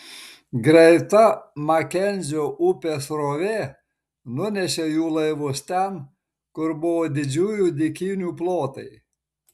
greita makenzio upės srovė nunešė jų laivus ten kur buvo didžiųjų dykynių plotai